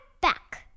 back